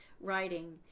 writing